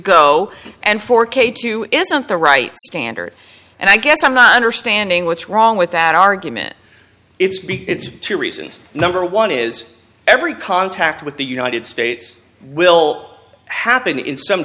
go and for k two is not the right standard and i guess i'm not understanding what's wrong with that argument it's big it's two reasons number one is every contact with the united states will happen in some